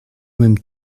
même